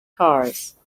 cars